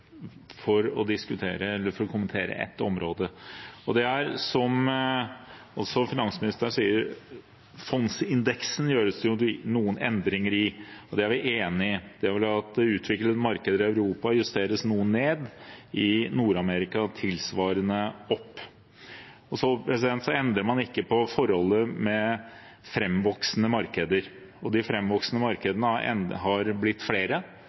å kommentere et område, og det er – som også finansministeren sier – at det gjøres noen endringer i fondsindeksen. Det er vi enige i. Det vil gjøre at utviklede markeder i Europa justeres noe ned, i Nord-Amerika tilsvarende opp. Så endrer man ikke på forholdet med framvoksende markeder. De framvoksende markedene har blitt flere,